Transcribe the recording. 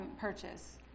purchase